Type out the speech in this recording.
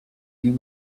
you